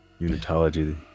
Unitology